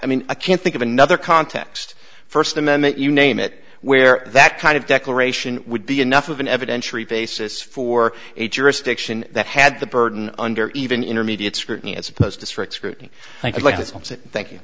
i mean i can't think of another context first amendment you name it where that kind of declaration would be enough of an evidentiary basis for a jurisdiction that had the burden under even intermediate scrutiny as opposed to strict scrutiny i'd like to thank you